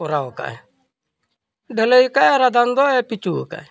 ᱠᱚᱨᱟᱣ ᱠᱟᱜ ᱟᱭ ᱰᱷᱟᱹᱞᱟᱹᱭ ᱠᱟᱜᱼᱟᱭ ᱟᱨ ᱟᱫᱷᱟᱱ ᱫᱚ ᱯᱤᱪᱚ ᱠᱟᱜ ᱟᱭ